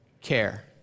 care